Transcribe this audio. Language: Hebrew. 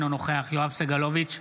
אינו נוכח יואב סגלוביץ'